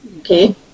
okay